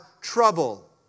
trouble